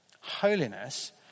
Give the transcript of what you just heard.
Holiness